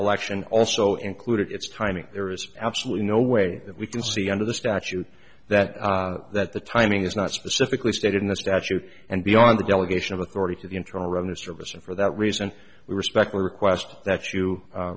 election also included its timing there is absolutely no way that we can see under the statute that that the timing is not specifically stated in the statute and beyond the delegation of authority to the internal revenue service and for that reason we respect our request that you